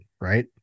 right